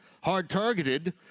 hard-targeted